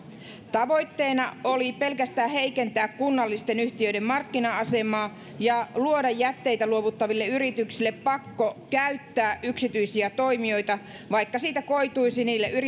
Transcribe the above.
tavoitteena oli pelkästään heikentää kunnallisten yhtiöiden markkina asemaa ja luoda jätteitä luovuttaville yrityksille pakko käyttää yksityisiä toimijoita vaikka siitä koituisi niille